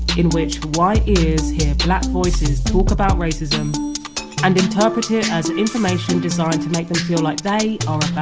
in which white ears hear black voices talk about racism and interpret it as information designed to make them feel like they are